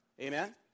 Amen